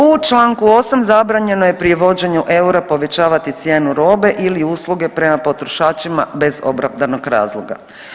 U članku 8. zabranjeno je pri uvođenju eura povećavati cijenu robe ili usluge prema potrošačima bez opravdanog razloga.